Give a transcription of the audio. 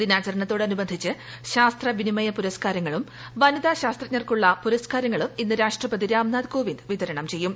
ദിനാചരണത്തോടനുബന്ധിച്ച് ശാസ്ത്ര വിനിമയ പുരസ്കാരങ്ങളും വനിതാ ശാസ്ത്രജ്ഞർക്കുള്ള പുരസ്കാരങ്ങളും ഇന്ന് രാഷ്ട്രപതി രാംനാഥ് കോവിന്ദ് വിതരണം ചെയ്യും